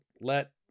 let